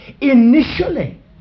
initially